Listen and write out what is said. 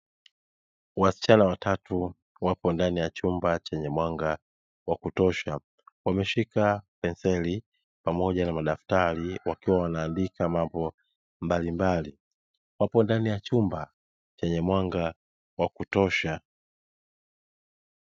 Wasichana watatu wapo ndani ya chumba chenye mwanga wa kutosha, wameshika penseli pamoja na madaftari wakiwa wanaandika mambo mbalimbali wapo ndani ya chumba chenye mwanga wa kutosha.